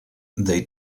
they